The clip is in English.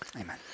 amen